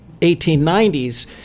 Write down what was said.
1890s